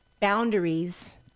boundaries